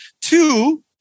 Two